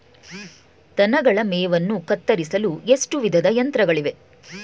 ದನಗಳ ಮೇವನ್ನು ಕತ್ತರಿಸಲು ಎಷ್ಟು ವಿಧದ ಯಂತ್ರಗಳಿವೆ?